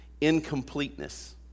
Incompleteness